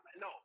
no